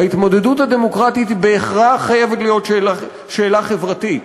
ההתמודדות הדמוקרטית בהכרח חייבת להיות שאלה חברתית.